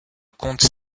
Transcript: comte